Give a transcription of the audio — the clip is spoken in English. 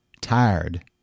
tired